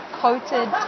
coated